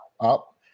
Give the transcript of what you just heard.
up